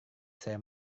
saya